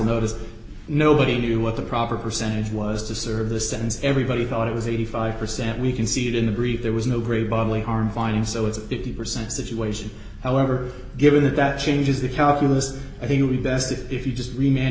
noticed nobody knew what the proper percentage was to serve the sentence everybody thought it was eighty five percent we can see it in the brief there was no great bodily harm finding so it's a fifty percent situation however given that that changes the calculus i think would be best if you just remained